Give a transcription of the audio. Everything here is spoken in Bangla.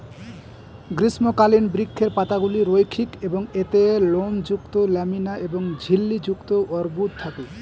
গ্রীষ্মকালীন বৃক্ষের পাতাগুলি রৈখিক এবং এতে লোমযুক্ত ল্যামিনা এবং ঝিল্লি যুক্ত অর্বুদ থাকে